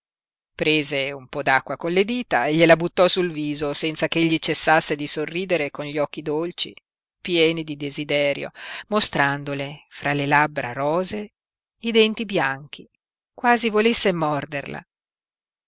prese un po d'acqua con le dita e gliela buttò sul viso senza ch'egli cessasse di sorridere con gli occhi dolci pieni di desiderio mostrandole fra le labbra rosee i denti bianchi quasi volesse morderla